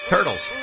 Turtles